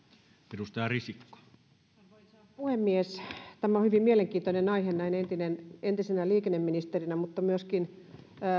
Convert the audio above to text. arvoisa puhemies tämä on hyvin mielenkiintoinen aihe näin entisenä entisenä liikenneministerinä mutta myöskin